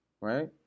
right